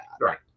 Right